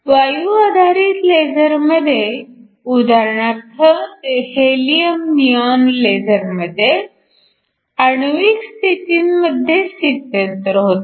वायू आधारित लेझरमध्ये उदाहरणार्थ हेलियम निऑन लेझरमध्ये आण्विक स्थितींमध्ये स्थित्यंतर होते